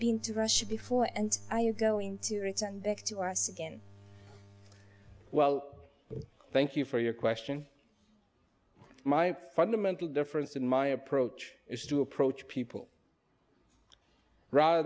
been to russia before and i are going to return back to us again well thank you for your question my fundamental difference in my approach is to approach people rather